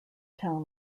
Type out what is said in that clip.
town